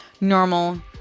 normal